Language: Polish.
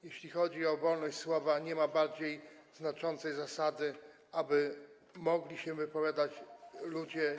Jeśli chodzi o wolność słowa, nie ma bardziej znaczącej zasady, aby mogli się wypowiadać ludzie.